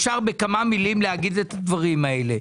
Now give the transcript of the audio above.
אפשר בכמה מילים להגיד את הדברים האלה.